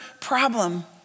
problem